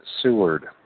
Seward